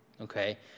okay